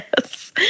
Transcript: Yes